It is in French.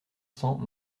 cents